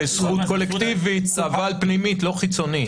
כזכות קולקטיבית, אבל פנימית, לא חיצונית.